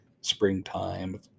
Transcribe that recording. springtime